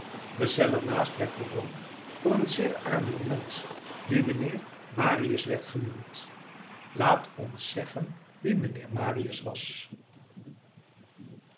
de cel er naast werd bewoond door een zeer arm jong mensch die mijnheer marius werd genoemd laat ons zeggen wie mijnheer marius was